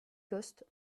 costes